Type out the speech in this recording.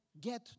get